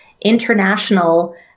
international